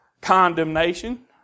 condemnation